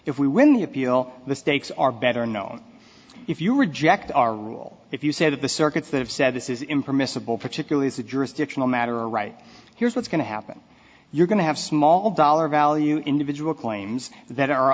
if we win the appeal the stakes are better known if you reject our rule if you say that the circuits that have said this is impermissible particularly as a jurisdictional matter right here's what's going to happen you're going to have small dollar value individual claims that are